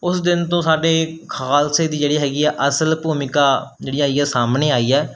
ਉਸ ਦਿਨ ਤੋਂ ਸਾਡੇ ਖਾਲਸੇ ਦੀ ਜਿਹੜੀ ਹੈਗੀ ਹੈ ਅਸਲ ਭੂਮਿਕਾ ਜਿਹੜੀ ਆਈ ਹੈ ਸਾਹਮਣੇ ਆਈ ਹੈ